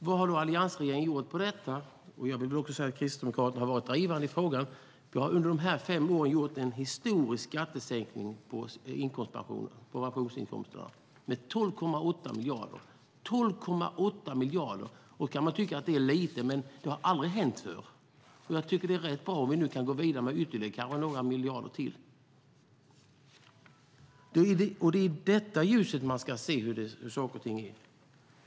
Vad har då alliansregeringen gjort på området? Jag vill säga att Kristdemokraterna har varit drivande i frågan. Vi har under dessa fem år gjort en historisk skattesänkning på pensionsinkomsterna med 12,8 miljarder. Man kan tycka att det är lite, men det har aldrig hänt förr. Jag tycker att det är rätt bra om vi nu kan gå vidare med ytterligare några miljarder. Det är i detta ljus man ska se saker och ting.